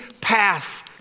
path